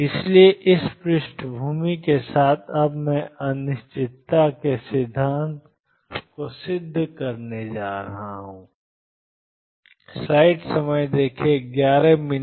इसलिए इस पृष्ठभूमि के साथ अब मैं अनिश्चितता के सिद्धांत को सिद्ध करने जा रहा हूं